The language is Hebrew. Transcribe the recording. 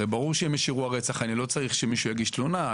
ברור שאם יש אירוע רצח אני לא צריך שמישהו יגיש תלונה,